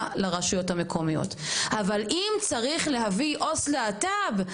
לרשויות המקומיות; אבל אם צריך להביא עו״ס להט״ב,